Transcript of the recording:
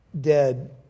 dead